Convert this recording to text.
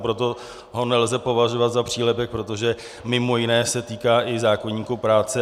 Proto ho nelze považovat za přílepek, protože mimo jiné se týká i zákoníku práce.